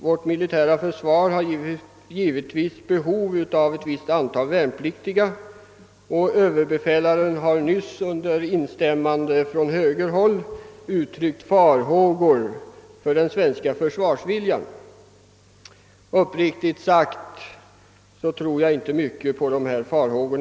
Vårt militära försvar har givetvis behov av ett visst antal värnpliktiga, och överbefälhavaren har nyligen, under instämmande från högerhåll, uttryckt farhågor för den svenska försvarsviljan. Uppriktigt sagt tror jag inte mycket på dessa farhågor.